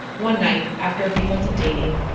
one night, after a few months of dating,